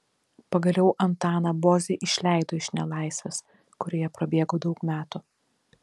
pagaliau antaną bozį išleido iš nelaisvės kurioje prabėgo daug metų